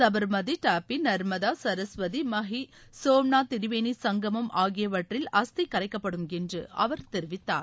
சபர்மதி தாப்பி நர்மதா சரஸ்வதி மாகி சோம்நாத் திரிவேணி சங்கமம் ஆகியவற்றில் அஸ்தி கரைக்கப்படும் என்று அவர் தெரிவித்தார்